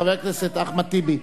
חבר הכנסת אחמד טיבי,